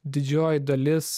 didžioji dalis